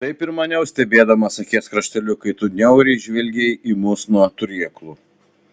taip ir maniau stebėdamas akies krašteliu kai tu niauriai žvelgei į mus nuo turėklų